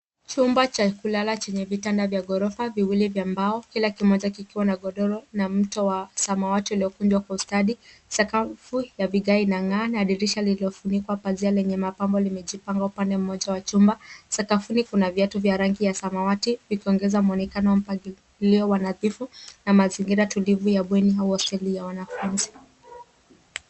Chumba cha kulala chenya vitanda vya ghorofa viwili vya mbao kila kimoja kikiwa na godoro na mto wa samawati ulikunjwa kwa utadi, sakafu ya vigae ina ngaa na dirisha lililofunikwa pazia lenye mapambo limejianga upande mmoja wa chumba. Sakafuni kuna viatu vya rangi ya samawati ikiongeza mwonekano wa mangilio wa nadhifu na mazingira tulivu ya bweni au hosteli ya wanafunzi.